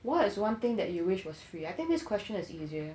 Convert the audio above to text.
what is one thing that you wish was free I think this question is easier